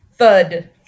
Thud